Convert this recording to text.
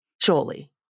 surely